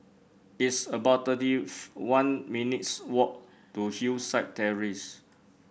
it's about thirty one minutes' walk to Hillside Terrace